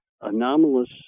anomalous